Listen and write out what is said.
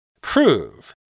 Prove